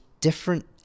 different